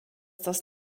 das